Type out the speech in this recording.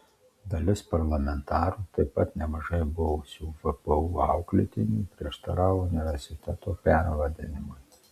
dalis parlamentarų taip pat nemažai buvusių vpu auklėtinių prieštaravo universiteto pervardinimui